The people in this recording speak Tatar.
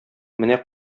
менә